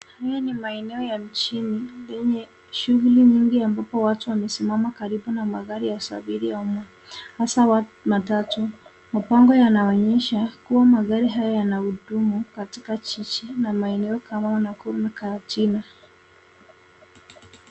Hii ni maeneo ya mjini yenye shughuli nyingi ambapo watu wamesimama karibu na magari ya usafiri wa umma hasa matatu. Mabango yanaonyesha kuwa magari hayo yanahudumu katika jiji na maeneo kama Nakuru na Karatina.